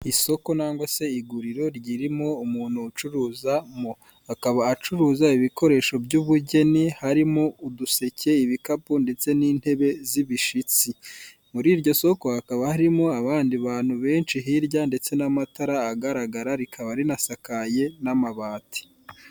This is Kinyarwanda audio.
Isoko nangwa se iguriro ryirimo umuntu ucuruzamo akaba acuruza ibikoresho by'ubugeni, harimo uduseke, ibikapu ndetse n'intebe z'ibishitsi. Muri iryo soko hakaba harimo abandi abantu benshi hirya ndetse n'amatara agaragara rikaba rinasakaye n'amabati.